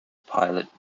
pilot